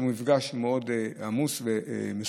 שהוא מפגש מאוד עמוס ומסוכן.